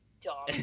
dumb